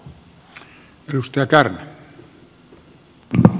arvoisa puhemies